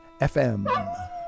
FM